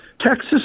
Texas